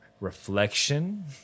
reflection